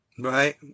Right